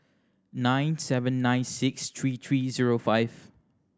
nine seven nine six three three zero five